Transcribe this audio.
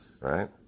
Right